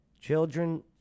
Children